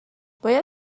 باید